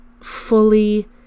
fully